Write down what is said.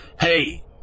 Hey